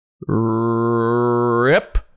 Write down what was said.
RIP